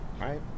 right